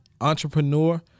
entrepreneur